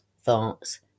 thoughts